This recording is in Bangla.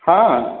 হ্যাঁ